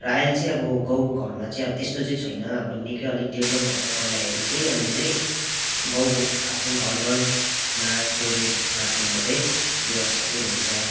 र अहिले चाहिँ अब गाउँ घरमा चाहिँ अब त्यस्तो चाहिँ छैन अब निक्कै अलिक डेभलोप भएको छ पहिला हेरी चाहिँ अन्त चाहिँ गाउँको आफ्नो घर घरमा टोइलेट बाथरुमको चाहिँ बेवस्था चाहिँ हुन्छ